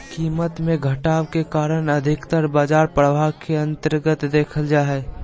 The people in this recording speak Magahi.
कीमत मे घटाव के कारण अधिकतर बाजार प्रभाव के अन्तर्गत देखल जा हय